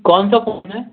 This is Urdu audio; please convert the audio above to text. کون سا فون ہے